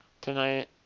tonight